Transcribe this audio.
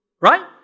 Right